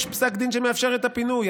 יש פסק דין שמאפשר את הפינוי.